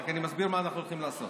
אני רק מסביר מה אנחנו הולכים לעשות.